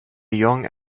young